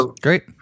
Great